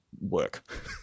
work